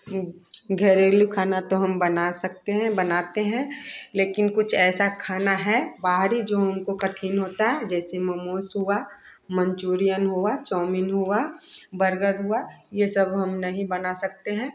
घरेलू खाना तो हम बना सकते हैं बनाते हैं लेकिन कुछ ऐसा खाना है बाहरी जो उनको कठिन होता है जैसे मोमोज हुआ मंचूरियन हुआ चौमिन हुआ बर्गर हुआ ये सब हम नहीं बना सकते हैं